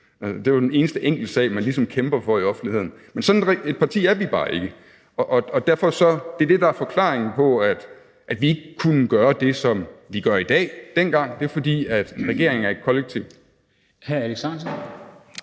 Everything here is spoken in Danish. Det er jo den eneste enkeltsag, som man ligesom kæmper for i offentligheden. Men sådan et parti er vi bare ikke, og det er det, der er forklaringen på, at vi ikke kunne gøre det, som vi gør i dag, dengang. For regeringen er et kollektiv. Kl. 13:53